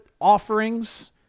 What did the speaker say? offerings